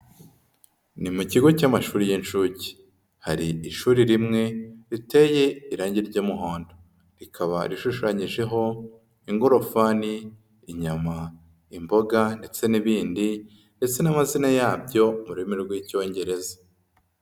Ni mu kigo cy'amashuri y'inshuke. Hari ishuri rimwe riteye irangi ry'umuhondo. Rikaba rishushanyijeho ingorofani, inyama, imboga ndetse n'ibindi ndetse n'amazina yabyo mu rurimi rw'Icyongereza.